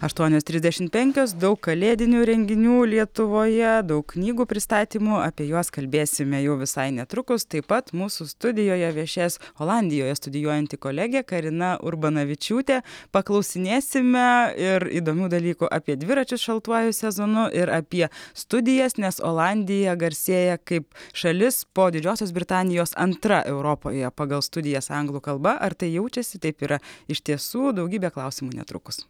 aštuonios trisdešim penkios daug kalėdinių renginių lietuvoje daug knygų pristatymų apie juos kalbėsime jau visai netrukus taip pat mūsų studijoje viešės olandijoje studijuojanti kolegė karina urbanavičiūtė paklausinėsime ir įdomių dalykų apie dviračius šaltuoju sezonu ir apie studijas nes olandija garsėja kaip šalis po didžiosios britanijos antra europoje pagal studijas anglų kalba ar tai jaučiasi taip yra iš tiesų daugybė klausimų netrukus